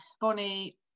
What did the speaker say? bonnie